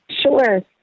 Sure